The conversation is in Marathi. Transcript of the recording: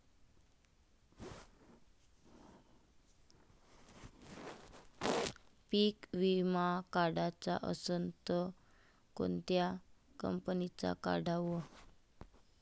पीक विमा काढाचा असन त कोनत्या कंपनीचा काढाव?